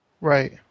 Right